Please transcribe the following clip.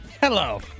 Hello